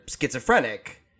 schizophrenic